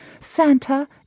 Santa